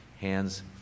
hands